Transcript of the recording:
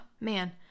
man